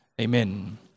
amen